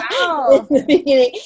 Wow